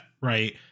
Right